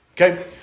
Okay